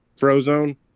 Frozone